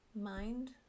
Mind